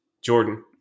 Jordan